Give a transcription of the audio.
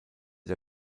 der